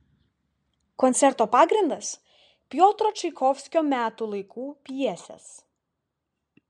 koncerto pagrindas piotro čaikovskio metų laikų pjesės